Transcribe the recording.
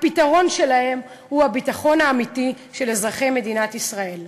הפתרון שלהם הוא הביטחון האמיתי של אזרחי מדינת ישראל.